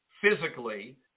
physically